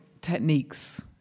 techniques